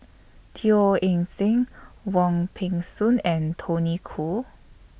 Teo Eng Seng Wong Peng Soon and Tony Khoo